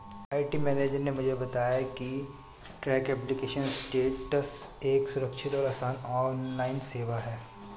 IT manager ने मुझे बताया की ट्रैक एप्लीकेशन स्टेटस एक सुरक्षित और आसान ऑनलाइन सेवा है